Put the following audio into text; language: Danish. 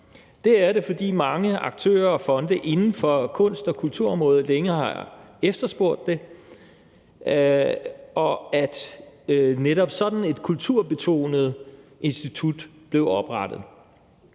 Det er det, fordi mange aktører og fonde inden for kunst- og kulturområdet længe har efterspurgt, at netop sådan et kulturbetonet institut blev oprettet.